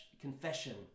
confession